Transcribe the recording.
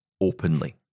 openly